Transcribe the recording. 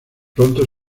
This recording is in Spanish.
pronto